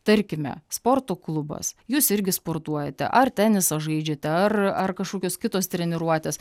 tarkime sporto klubas jūs irgi sportuojate ar tenisą žaidžiate ar ar kažkokios kitos treniruotės